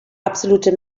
absolute